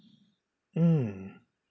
hmm